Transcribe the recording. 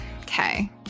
Okay